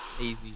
easy